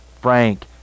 Frank